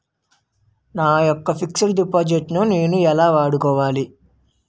నా యెక్క fixed deposit ను నేను ఎలా వాడుకోవాలి?